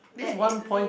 that it leave